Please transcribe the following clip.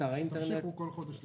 תמשיכו בכל חודש לשלוח.